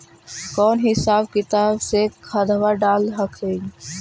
कौन हिसाब किताब से खदबा डाल हखिन?